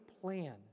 plan